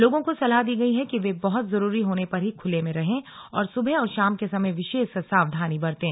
लोगों को सलाह दी गई है कि वे बहत जरूरी होने पर ही खुले में रहे और सुबह और शाम के समय विशेष सावधानी बरतें